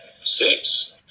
six